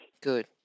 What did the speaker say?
Good